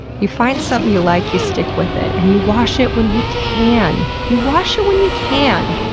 you find something you like, you stick with it and you wash it when you can. you wash it when you can!